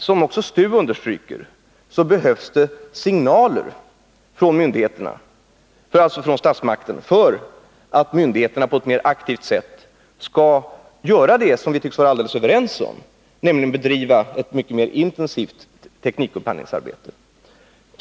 Som också styrelsen för teknisk utveckling, STU, understryker behövs det signaler från statsmakterna för att myndigheterna på ett mer aktivt sätt skall göra det som vi tycks vara helt överens om, nämligen bedriva ett mycket mer intensivt teknikupphandlingsarbete.